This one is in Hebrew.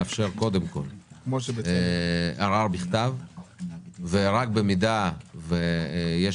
לאפשר קודם כול ערר בכתב ורק במידה ויש